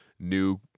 new